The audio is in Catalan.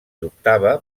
dubtava